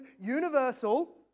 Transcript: universal